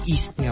East